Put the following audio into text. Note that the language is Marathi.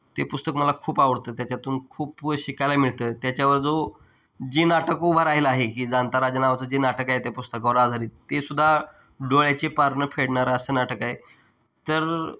ते पुस्तक मला खूप आवडतं त्याच्यातून खूप शिकायला मिळतं त्याच्यावर जो जी नाटक उभा राहील आहे की जाणता राजा नावाचं जे नाटक आहे ते पुस्तकावर आधारित तेसुद्धा डोळ्याचे पारणं फेडणारं असं नाटक आहे तर